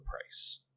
price